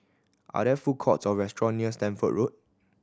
are there food courts or restaurant near Stamford Road